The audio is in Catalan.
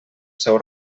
seu